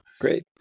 Great